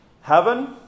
Heaven